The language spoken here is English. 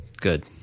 good